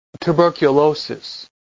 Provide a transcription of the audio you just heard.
tuberculosis